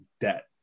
Debt